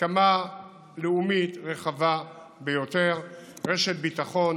בהסכמה לאומית רחבה ביותר: רשת ביטחון